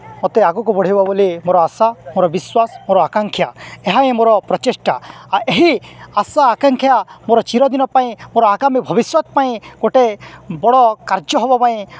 ମୋତେ ଆଗକୁ ବଢ଼େଇିବ ବୋଲି ମୋର ଆଶା ମୋର ବିଶ୍ଵାସ ମୋର ଆକାଂକ୍ଷା ଏହା ହଁ ମୋର ପ୍ରଚେଷ୍ଟା ଆଉ ଏହି ଆଶା ଆକାଂକ୍ଷା ମୋର ଚିରଦିନ ପାଇଁ ମୋର ଆଗାମୀ ଭବିଷ୍ୟତ ପାଇଁ ଗୋଟେ ବଡ଼ କାର୍ଯ୍ୟ ହେବା ପାଇଁ